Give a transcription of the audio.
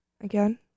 again